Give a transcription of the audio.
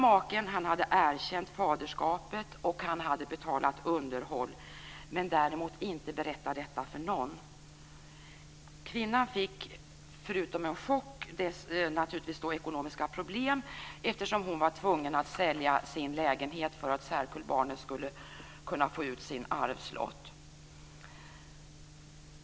Maken hade erkänt faderskapet och betalat underhåll men däremot inte berättat det för någon. Kvinnan fick förutom en chock ekonomiska problem, eftersom hon var tvungen att sälja sin lägenhet för att särkullbarnet skulle kunna få ut sin arvslott.